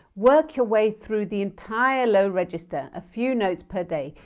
work your way through the entire low register, a few notes per day,